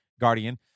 Guardian